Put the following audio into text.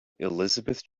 elizabeth